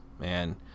man